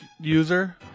user